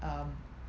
um